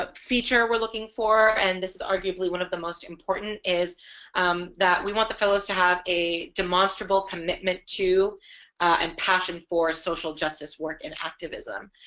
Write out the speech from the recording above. ah feature we're looking for and this ah usually one of the most important is um that we want the fellows to have a demonstrable commitment to and passion for social justice work in activism.